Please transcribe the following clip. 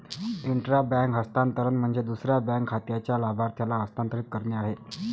intra bank हस्तांतरण म्हणजे दुसऱ्या बँक खात्याच्या लाभार्थ्याला हस्तांतरित करणे आहे